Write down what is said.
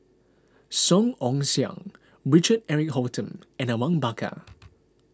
Song Ong Siang Richard Eric Holttum and Awang Bakar